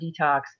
detox